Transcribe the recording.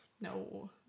No